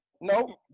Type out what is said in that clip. No